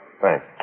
Thanks